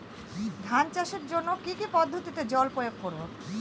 ধান চাষের জন্যে কি কী পদ্ধতিতে জল প্রয়োগ করব?